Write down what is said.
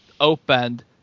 opened